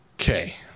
Okay